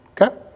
Okay